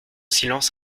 silence